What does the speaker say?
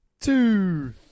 Two